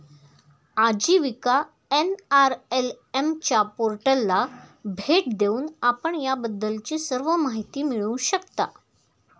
आजीविका एन.आर.एल.एम च्या पोर्टलला भेट देऊन आपण याबद्दलची सर्व माहिती मिळवू शकता